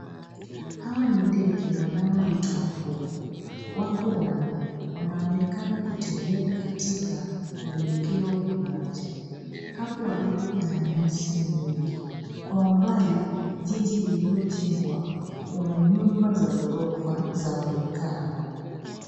Hawa ni ndege wanaoitwa mbuni, wako wanne wanaonekana kutembea katika mwelekeo moja. Hapa walipo pana nyasi mengi, kwa umbali jiji lililojengwa kwa manyumba za ghorofa zaonekana.